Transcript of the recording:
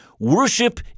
Worship